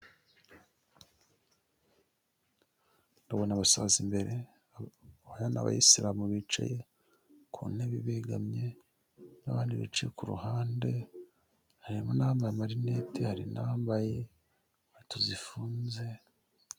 Ndabona abasaza imbere hari n'abayisiramu bicaye ku ntebe begamye n'abandi bicaye ku ruhande, harimo n'abambaye amarinete hari n'ambaye inkweto zifunze.